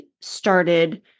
started